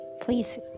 please